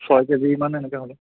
ছয় কেজি মান এনেকৈ হ'লে